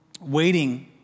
waiting